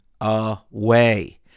away